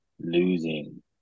Losing